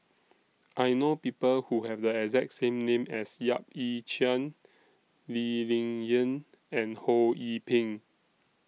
I know People Who Have The exact same name as Yap Ee Chian Lee Ling Yen and Ho Yee Ping